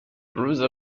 روز